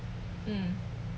mm